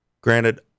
granted